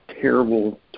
terrible